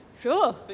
Sure